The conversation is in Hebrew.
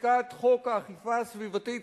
בחקיקת חוק האכיפה הסביבתית,